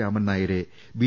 രാമൻനായരെ B